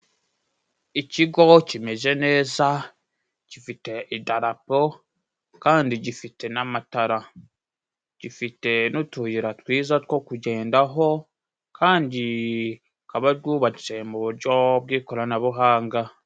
Ikigo kimeze neza gifite idarapo kandi gifite n'amatara, gifite n'utuyira twiza two kugendaho kandi tukaba bwubatse mu buryo bw'ikoranabuhanga.